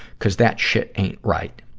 cuz that shit ain't right.